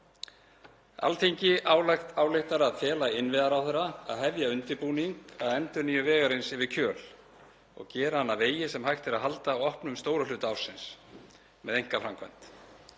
„Alþingi ályktar að fela innviðaráðherra að hefja undirbúning að endurnýjun vegarins yfir Kjöl og gera hann að vegi sem hægt er að halda opnum stóran hluta ársins með einkaframkvæmd.